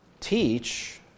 teach